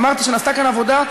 אמרתי שנעשתה כאן עבודה.